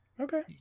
Okay